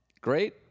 great